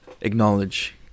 acknowledge